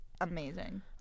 amazing